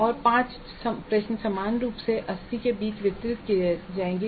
तो 5 प्रश्न समान रूप से 80 के बीच वितरित किए जाते हैं